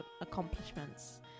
accomplishments